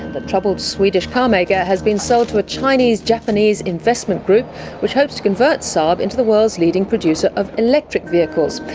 the troubled swedish carmaker has been sold so to a chinese-japanese investment group which hopes to convert saab into the world's leading producer of electric vehicles.